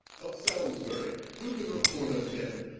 of salsbury, who can report of him,